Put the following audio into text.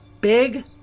Big